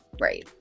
right